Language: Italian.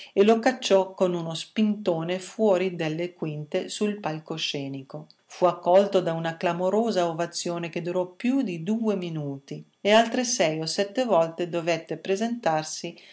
e lo cacciò con uno spintone fuori delle quinte sul palcoscenico fu accolto da una clamorosa ovazione che durò più di due minuti e altre sei o sette volte dovette presentarsi